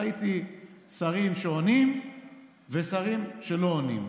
ראיתי שרים שעונים ושרים שלא עונים.